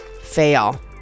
fail